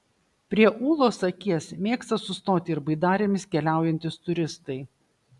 prie ūlos akies mėgsta sustoti ir baidarėmis keliaujantys turistai